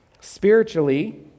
spiritually